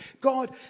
God